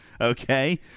okay